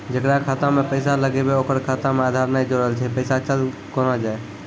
जेकरा खाता मैं पैसा लगेबे ओकर खाता मे आधार ने जोड़लऽ छै पैसा चल कोना जाए?